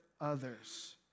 others